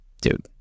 dude